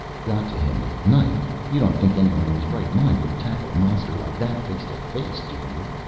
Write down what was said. got to him at night. you don't think anyone in his right mind would tackle a monster like that face-to-face do you?